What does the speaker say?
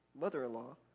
mother-in-law